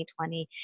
2020